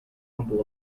humble